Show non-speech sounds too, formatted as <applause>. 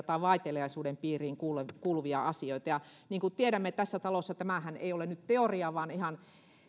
<unintelligible> tai vaiteliaisuuden piiriin kuuluvia asioita niin kuin tiedämme tässä talossa tämähän ei ole nyt teoriaa vaan ihan